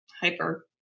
hyper